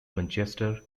manchester